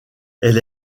elle